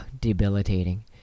debilitating